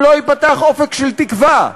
אם לא ייפתח אופק של תקווה,